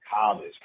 college